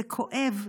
זה כואב.